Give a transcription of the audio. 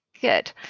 Good